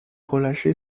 relâché